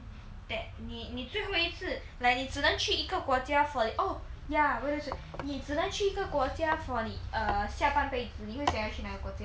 that 你你最后一次 like 你只能去一个国家 for oh ya where is it 你只能去一个国家 for 你 err 下半辈子你会想去哪一个国家